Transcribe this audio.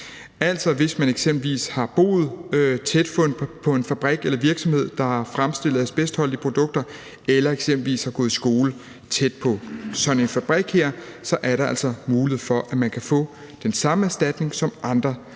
har boet tæt på en fabrik eller virksomhed, der har fremstillet asbestholdige produkter, eller eksempelvis har gået i skole tæt på sådan en fabrik, er der altså mulighed for, at man kan få den samme erstatning som andre,